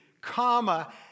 comma